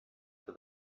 for